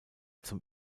zum